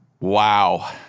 Wow